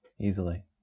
Easily